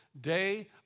day